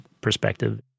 perspective